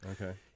Okay